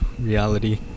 reality